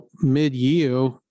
mid-year